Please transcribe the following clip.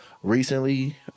Recently